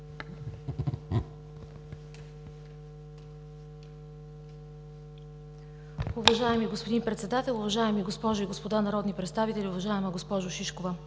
Уважаеми господин Председател, уважаеми дами и господа народни представители! Уважаема госпожо министър